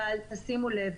אבל תשימו לב,